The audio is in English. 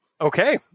Okay